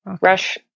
Rush